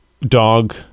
dog